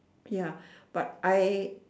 ya but I